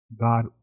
God